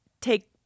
take